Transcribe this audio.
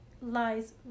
lies